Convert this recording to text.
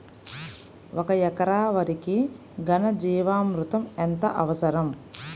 ఒక ఎకరా వరికి ఘన జీవామృతం ఎంత అవసరం?